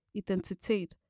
identitet